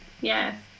yes